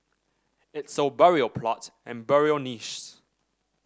it sold burial plots and burial niches